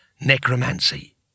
Necromancy